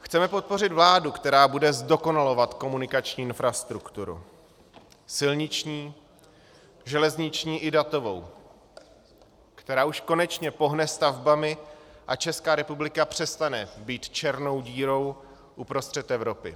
Chceme podpořit vládu, která bude zdokonalovat komunikační infrastrukturu silniční, železniční i datovou, která už konečně pohne stavbami a Česká republika přestane být černou dírou uprostřed Evropy.